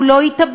הוא לא יתאבד,